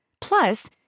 Plus